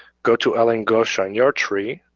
go to helen goshaw in your tree.